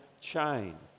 chain